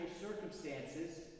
circumstances